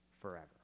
forever